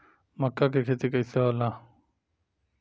मका के खेती कइसे होला?